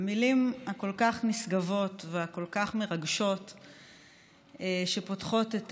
המילים הכל-כך נשגבות והכל-כך מרגשות שפותחות את